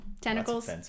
tentacles